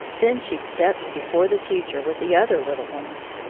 then she stepped before the teacher with the other little ones.